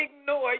ignore